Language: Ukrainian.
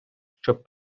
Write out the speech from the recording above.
щоб